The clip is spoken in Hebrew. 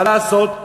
מה לעשות.